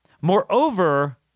Moreover